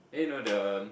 then you know the